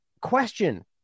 question